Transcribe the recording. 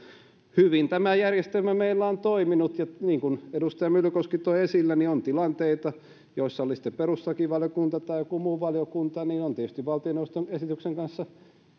hyvin tämä järjestelmä meillä on toiminut niin kuin edustaja myllykoski toi esille on tilanteita joissa oli se sitten perustuslakivaliokunta tai joku muu valiokunta on valtioneuvoston esityksen kanssa